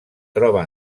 troba